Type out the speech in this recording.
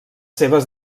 seves